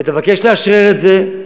ותבקש לאשרר את זה,